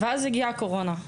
ואז הגיעה הקורונה,